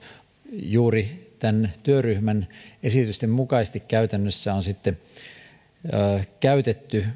juuri tämän työryhmän esitysten mukaisesti on käytännössä sitten myös käytetty